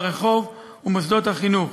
ברחוב ובמוסדות החינוך,